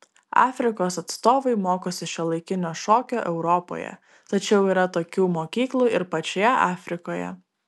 afrikos atstovai mokosi šiuolaikinio šokio europoje tačiau yra tokių mokyklų ir pačioje afrikoje